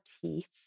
teeth